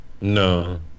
no